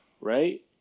right